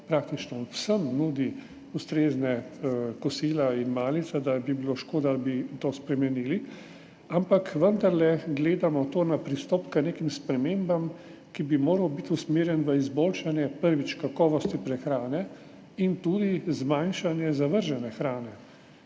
praktično vsem nudi ustrezna kosila in malice, da bi bilo škoda, da bi to spremenili. Ampak vendarle gledamo to kot na pristop k nekim spremembam, ki bi moral biti usmerjen v izboljšanje kakovosti prehrane in tudi zmanjšanje zavržene hrane,